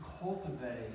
cultivate